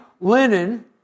linen